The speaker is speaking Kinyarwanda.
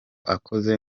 akoze